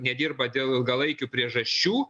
nedirba dėl ilgalaikių priežasčių